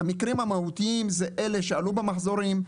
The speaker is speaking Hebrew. המקרים המהותיים זה אלה שעלו במחזורים,